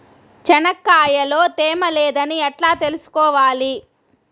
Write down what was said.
చెనక్కాయ లో తేమ లేదని ఎట్లా తెలుసుకోవాలి?